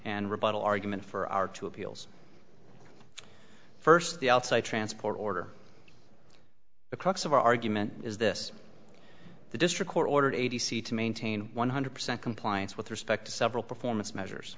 and rebuttal argument for our two appeals first the outside transport order the crux of our argument is this the district court ordered a t c to maintain one hundred percent compliance with respect to several performance measures